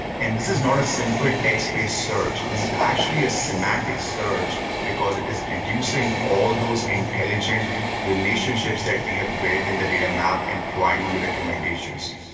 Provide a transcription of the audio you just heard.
and this is not a simple text-based search, this is actually a semantic search because it is reducing all those intelligent relationships that have built in the data map and providing your recommendations.